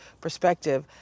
perspective